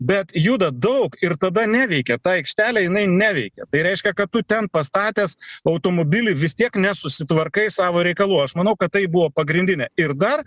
bet juda daug ir tada neveikia ta aikštelė jinai neveikia tai reiškia kad tu ten pastatęs automobilį vis tiek nesusitvarkai savo reikalų aš manau kad tai buvo pagrindinė ir dar